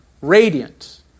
radiant